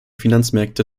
finanzmärkte